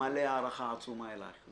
מלא הערכה עצומה אליך.